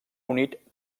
unit